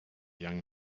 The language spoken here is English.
young